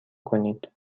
کنید